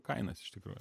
kainas iš tikrųjų